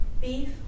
beef